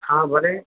हा भले